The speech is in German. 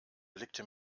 blickte